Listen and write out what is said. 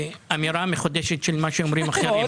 באמירה מחודשת של מה שאומרים אחרים.